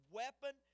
weapon